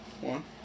One